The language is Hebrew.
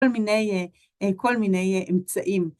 כל מיני אמצעים.